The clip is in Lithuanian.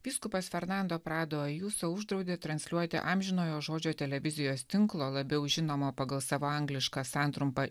vyskupas fernando prado juso uždraudė transliuoti amžinojo žodžio televizijos tinklo labiau žinomo pagal savo angliška santrumpa